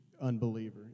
unbeliever